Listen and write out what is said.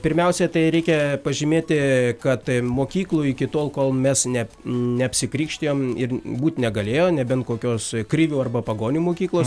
pirmiausia tai reikia pažymėti kad mokyklų iki tol kol mes ne neapsikrikštijom ir būt negalėjo nebent kokios krivių arba pagonių mokyklos